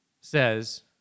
says